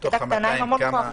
זו יחידה קטנה עם המון כוח.